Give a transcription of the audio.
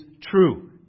true